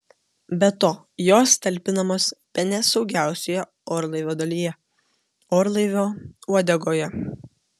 be to jos talpinamos bene saugiausioje orlaivio dalyje orlaivio uodegoje